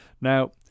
Now